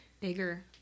Bigger